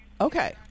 Okay